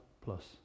plus